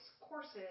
courses